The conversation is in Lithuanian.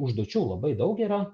užduočių labai daug yra